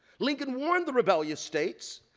lincoln warned the rebellious states,